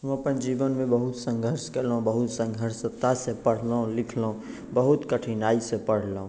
हम अपन जीवनमे बहुत संघर्ष केलहुँ बहुत संघर्षतासँ पढ़लहुँ लिखलहुँ बहुत कठिनाइसँ पढ़लहुँ